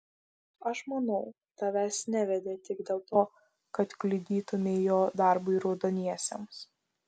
aš manau tavęs nevedė tik dėl to kad kliudytumei jo darbui raudoniesiems